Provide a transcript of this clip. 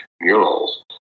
murals